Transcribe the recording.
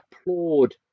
applaud